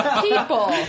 people